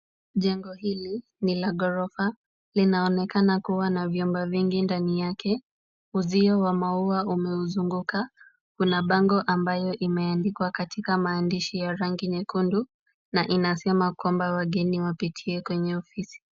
Jengo hili ni la ghorofa. Linaonekana kuwa na vyumba vingi ndani yake. Uzio wa maua umeuuzunguka. Kuna bango ambayo imeandikwa katika maandishi ya rangi nyekundu, na inasema kwamba, wageni wapitie kwenye ofisi.